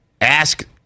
ask